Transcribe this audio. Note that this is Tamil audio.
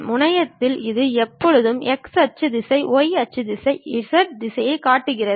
முனையத்தில் இது எப்போதும் x அச்சு திசை y அச்சு திசை z திசையையும் காட்டுகிறது